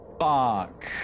Fuck